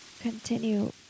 continue